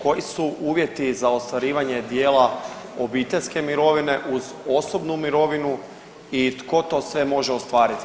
Koji su uvjeti za ostvarivanje dijela obiteljske mirovine uz osobnu mirovinu i tko to sve može ostvariti?